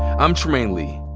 i'm trymaine lee.